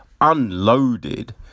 unloaded